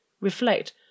reflect